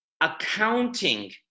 accounting